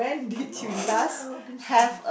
no lah all these